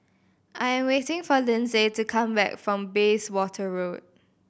I am waiting for Lindsay to come back from Bayswater Road